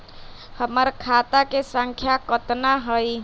हमर खाता के सांख्या कतना हई?